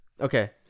Okay